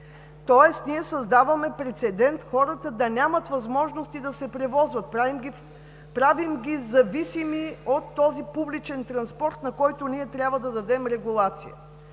Тоест ние създаваме прецедент хората да нямат възможности да се превозват – правим ги зависими от този публичен транспорт, на който ние трябва да дадем регулация.